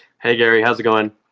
hey, gary, how's it going?